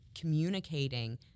communicating